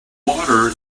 water